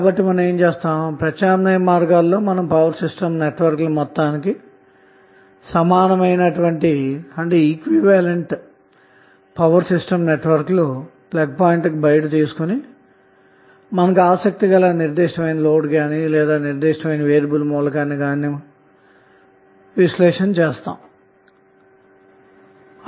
కాబట్టి ప్రత్యామ్నాయ మార్గాలలో మనం పవర్ సిస్టమ్ నెట్వర్క్ల మొత్తానికి సమానమైన పవర్ సిస్టమ్ నెట్వర్క్లు ప్లగ్ పాయింట్ బయట తీసుకొని ప్రాథమికంగా ఆసక్తి గల నిర్దిష్ట లోడ్ లేదానిర్దిష్ట వేరియబుల్ మూలకాన్ని మాత్రమే విశ్లేషించాలి అన్నమాట